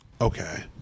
okay